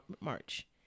March